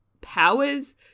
powers